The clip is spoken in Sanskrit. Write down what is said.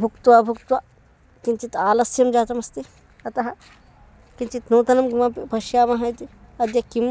भुक्त्वा भुक्त्वा किञ्चित् आलस्यं जातमस्ति अतः किञ्चित् नूतनं किमपि पश्यामः इति अद्य किम्